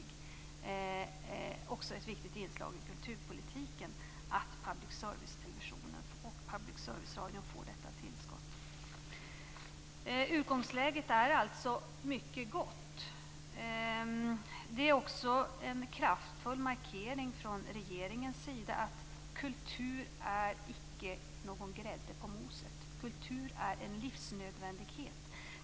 Därför är det också ett viktigt inslag i kulturpolitiken att public service-televisionen och public service-radion får detta tillskott. Utgångsläget är alltså mycket gott. Det är också en kraftfull markering från regeringens sida att kultur inte är något grädde på moset. Kultur är en livsnödvändighet.